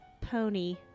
pony